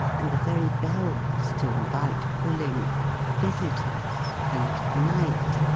and the very bells to invite pulling visitors', and night,